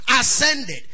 Ascended